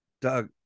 Doug